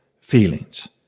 feelings